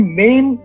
main